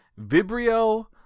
Vibrio